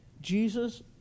Jesus